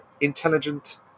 intelligent